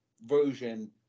version